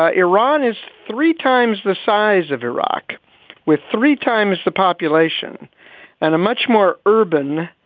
ah iran is three times the size of iraq with three times the population and a much more urban,